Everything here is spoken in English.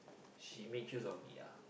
she make use of me ah